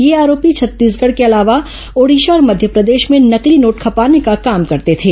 ये आरोपी छत्तीसगढ़ के अलावा ओडिशा और मध्यप्रदेश में नकली नोट खपाने का काम करते थे